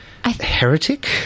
Heretic